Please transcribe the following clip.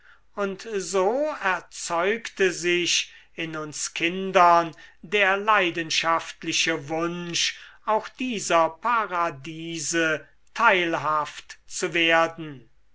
und so erzeugte sich in uns kindern der leidenschaftliche wunsch auch dieser paradiese teilhaft zu werden